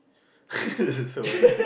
so like